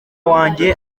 wanjye